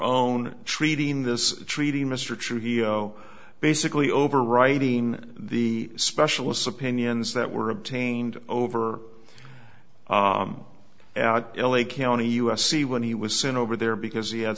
own treating this treating mr trujillo basically overwriting the specialists opinions that were obtained over l a county u s c when he was sent over there because he had